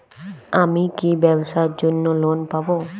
আমি কি ব্যবসার জন্য লোন পাব?